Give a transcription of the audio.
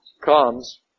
comes